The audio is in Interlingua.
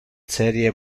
serie